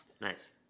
Nice